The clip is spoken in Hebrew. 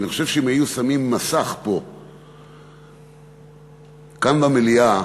ואני חושב שאם היו שמים מסך כאן במליאה,